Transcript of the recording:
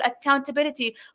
accountability